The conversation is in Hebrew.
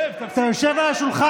שב, תפסיק, אתה יושב על השולחן.